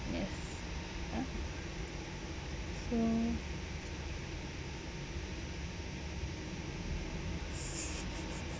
yes so